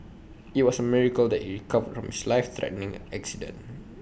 IT was A miracle that he recovered from his life threatening accident